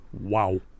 Wow